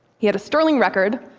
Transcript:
he had a sterling record,